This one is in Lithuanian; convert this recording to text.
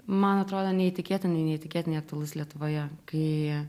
man atrodo neįtikėtinai neįtikėtinai aktualus lietuvoje kai